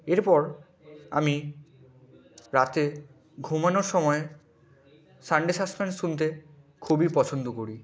এরপর আমি রাতে ঘুমানোর সময় সানডে সাসপেন্স শুনতে খুবই পছন্দ করি